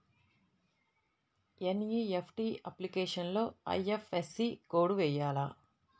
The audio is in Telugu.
ఎన్.ఈ.ఎఫ్.టీ అప్లికేషన్లో ఐ.ఎఫ్.ఎస్.సి కోడ్ వేయాలా?